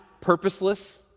purposeless